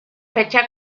fecha